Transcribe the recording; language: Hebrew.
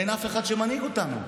אין אף אחד שמנהיג אותנו.